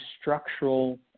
structural